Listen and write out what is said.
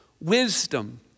wisdom